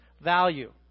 value